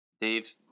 Dave